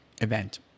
event